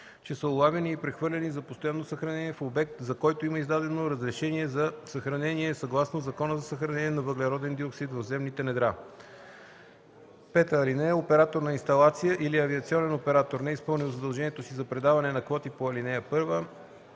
че са улавяни и прехвърляни за постоянно съхранение в обект, за който има издадено разрешение за съхранение съгласно Закона за съхранение на въглероден диоксид в земните недра. (5) Оператор на инсталация или авиационен оператор, неизпълнил задължението си за предаване на квоти по ал.